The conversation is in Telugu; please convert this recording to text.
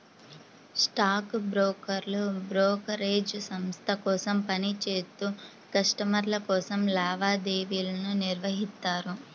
స్టాక్ బ్రోకర్లు బ్రోకరేజ్ సంస్థ కోసం పని చేత్తూ కస్టమర్ల కోసం లావాదేవీలను నిర్వహిత్తారు